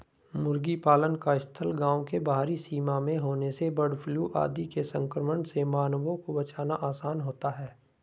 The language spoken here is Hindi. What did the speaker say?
मुर्गी पालन का स्थल गाँव के बाहरी सीमा में होने से बर्डफ्लू आदि के संक्रमण से मानवों को बचाना आसान होता है